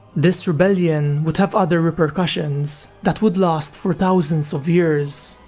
this rebellion would have other repercussions that would last for thousands of years,